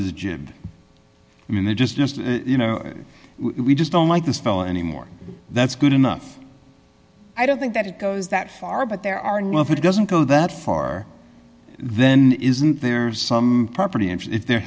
jib i mean they just you know we just don't like this fellow anymore that's good enough i don't think that it goes that far but there are no if it doesn't go that far then isn't there some property and if there